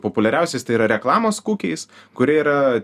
populiariausiais tai yra reklamos kukiais kurie yra